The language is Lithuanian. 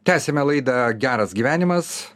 tęsiame laidą geras gyvenimas